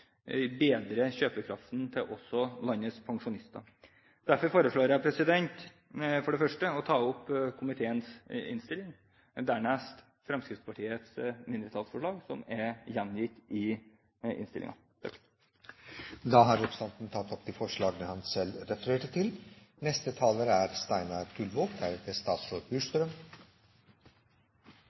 bedre kjøpekraften til landets pensjonister. Derfor anbefaler jeg for det første komiteens innstilling, dernest vil jeg ta opp Fremskrittspartiets mindretallsforslag, som er gjengitt i innstillingen. Representanten Robert Eriksson har tatt opp de forslag han refererte til.